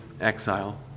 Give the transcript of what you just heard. exile